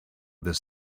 this